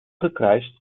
gekruist